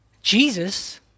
Jesus